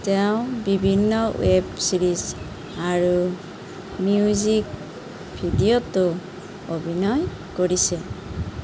তেওঁ বিভিন্ন web series আৰু মিউজিক ভিডিঅ'তো অভিনয় কৰিছে